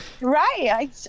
Right